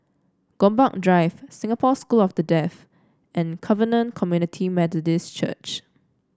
Gombak Drive Singapore School for the Deaf and Covenant Community Methodist Church